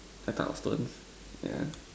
that type of stones ya